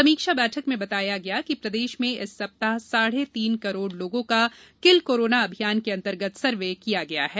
समीक्षा बैठक में बताया गया कि प्रदेश में इस सप्ताह साढ़े तीन करोड़ लोगों का किल कोरोना अभियान के अंतर्गत सर्वे किया गया है